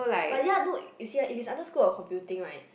but ya no you see ah if it's under school of computing right